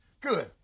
Good